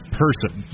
person